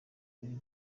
muri